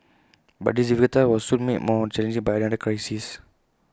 but this difficult task was soon made more challenging by another crisis